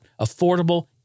affordable